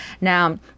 Now